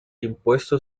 impuesto